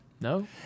No